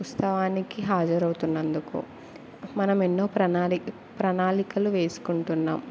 ఉుస్తవానికి హాజరవుతున్నందుకు మనం ఎన్నో ప్రణాాలి ప్రణాళికలు వేసుకుంటున్నాం